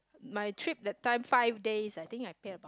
my trip that time five days I think I pay